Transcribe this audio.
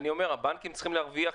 הבנקים צריכים להרוויח,